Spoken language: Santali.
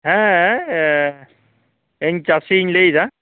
ᱦᱮᱸ ᱤᱧ ᱪᱟᱹᱥᱤᱧ ᱞᱟᱹᱭᱮᱫᱟ